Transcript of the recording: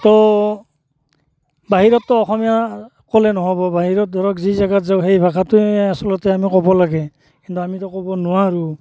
ত' বাহিৰতটো অসমীয়া ক'লে নহ'ব বাহিৰত ধৰক যি জাগাত যাওঁ সেই ভাষাতোৱে আচলতে আমি ক'ব লাগে কিন্তু আমিটো ক'ব নোৱাৰোঁ